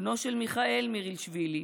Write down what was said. בנו של מיכאל מירילשווילי,